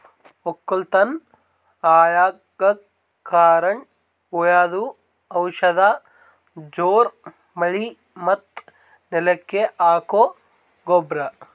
ವಕ್ಕಲತನ್ ಹಾಳಗಕ್ ಕಾರಣ್ ಹುಳದು ಔಷಧ ಜೋರ್ ಮಳಿ ಮತ್ತ್ ನೆಲಕ್ ಹಾಕೊ ಗೊಬ್ರ